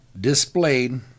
displayed